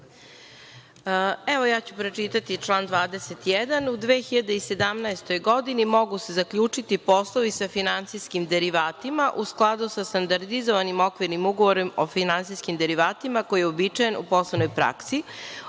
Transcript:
ja ću pročitati član 21. U 2017. godini mogu se zaključiti poslovi sa finansijskim derivatima, u skladu sa standardizovanim okvirnim ugovorom o finansijskim derivatima koji je uobičajen u poslovnoj praksi,